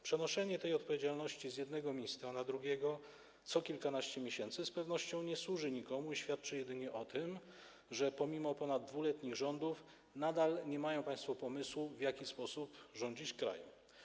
Przenoszenie tej odpowiedzialności z jednego ministra na drugiego co kilkanaście miesięcy z pewnością nie służy nikomu i świadczy jedynie o tym, że pomimo ponad 2-letnich rządów nadal nie mają państwo pomysłu, w jaki sposób rządzić krajem.